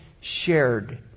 shared